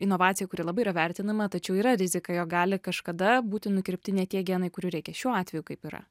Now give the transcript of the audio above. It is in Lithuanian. inovacija kuri labai yra vertinama tačiau yra rizika jog gali kažkada būti nukirpti ne tie genai kurių reikia šiuo atveju kaip yra